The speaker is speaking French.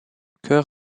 chœur